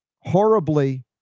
horribly